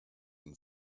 and